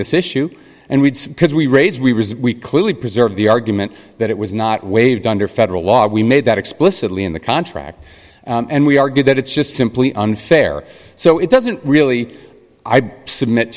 this issue and we because we raised we clearly preserve the argument that it was not waived under federal law we made that explicitly in the contract and we argued that it's just simply unfair so it doesn't really i submit